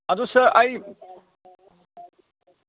ꯑꯗꯨ ꯁꯥꯔ ꯑꯩ